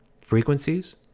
Frequencies